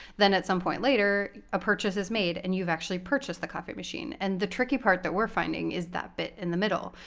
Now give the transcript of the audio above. then, at some point later, a purchase is made, and you've actually purchased the coffee machine. and the tricky part that we're finding is that bit in the middle.